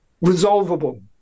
resolvable